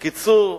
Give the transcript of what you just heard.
בקיצור,